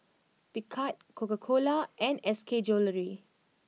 Picard Coca Cola and S K Jewellery